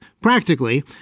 practically